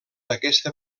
aquesta